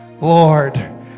Lord